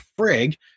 frig